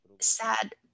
sad